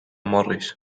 morris